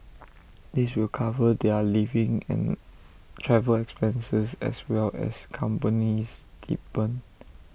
this will cover their living and travel expenses as well as company stipend